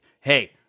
Hey